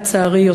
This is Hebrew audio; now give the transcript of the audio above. לצערי,